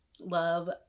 love